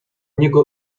niego